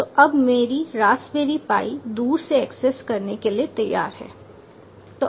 तो अब मेरी रास्पबेरी पाई दूर से एक्सेस करने के लिए तैयार है